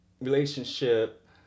relationship